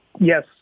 Yes